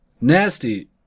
Nasty